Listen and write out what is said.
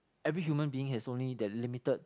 every human being has only that limited